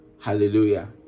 Hallelujah